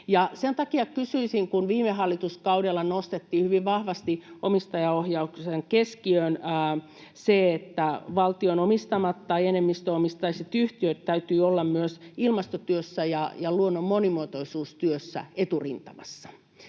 siihen varautumaan. Viime hallituskaudella nostettiin hyvin vahvasti omistajaohjauksen keskiöön se, että valtion omistamien tai enemmistöomisteisten yhtiöiden täytyy olla myös ilmastotyössä ja luonnon monimuotoisuustyössä eturintamassa,